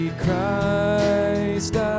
christ